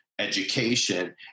education